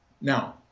now